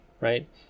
right